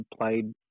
played